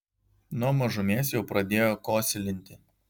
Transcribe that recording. nuo mažumės jau pradėjo kosilinti